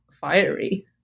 fiery